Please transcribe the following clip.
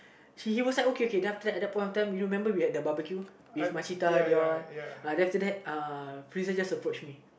she was like okay okay then after that at that point of time you know remember we had the barbecue with Mashita they all uh then after thatuhFriza just approached me